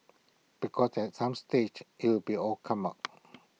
because at some stage IT will be all come out